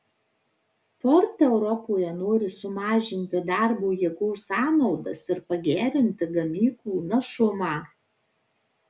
ford europoje nori sumažinti darbo jėgos sąnaudas ir pagerinti gamyklų našumą